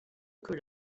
que